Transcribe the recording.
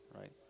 right